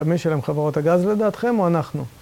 ומי ישלם? חברות הגז, לדעתכם, או אנחנו?